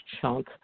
chunk